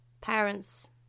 parents